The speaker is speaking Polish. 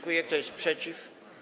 Kto jest przeciw?